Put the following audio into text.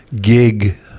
gig